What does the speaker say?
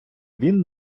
він